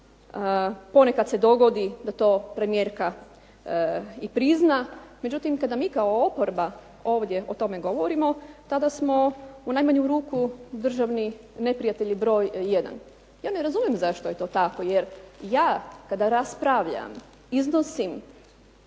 ponekad se dogodi da to premijerka i prizna, međutim kada mi kao oporba ovdje o tome govorimo tada smo u najmanju ruku državni neprijatelji broj 1. Ja ne razumijem zašto je to tako jer ja kada raspravljam iznosim,